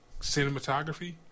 cinematography